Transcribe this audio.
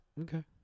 Okay